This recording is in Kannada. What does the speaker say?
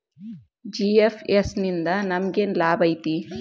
ಜಿ.ಎಫ್.ಎಸ್ ನಿಂದಾ ನಮೆಗೆನ್ ಲಾಭ ಐತಿ?